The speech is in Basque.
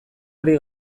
ari